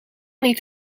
niet